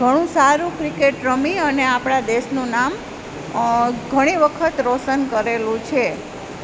ઘણું સારું ક્રિકેટ રમી અને આપણા દેશનું નામ ઘણી વખત રોશન કરેલું છે